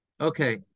Okay